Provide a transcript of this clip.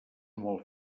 molt